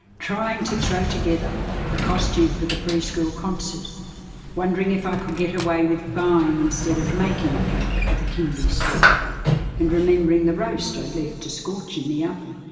trying to throw together a costume for the pre-school concert wondering if i could get away with buying, instead of baking, a cake for the kindy stall and remembering the roast i'd left to scorch in the oven.